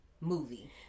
movie